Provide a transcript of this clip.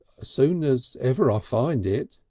soon as ever i find it,